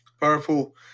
powerful